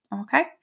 okay